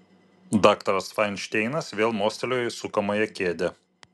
daktaras fainšteinas vėl mostelėjo į sukamąją kėdę